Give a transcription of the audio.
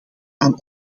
aan